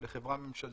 לחברה ממשלתית,